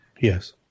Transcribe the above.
Yes